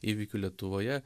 įvykių lietuvoje